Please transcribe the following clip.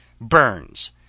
Burns